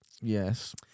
Yes